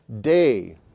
day